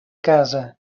casa